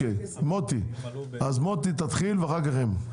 מוטי, תתחיל ואחר כך הם.